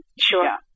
Sure